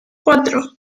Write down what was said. cuatro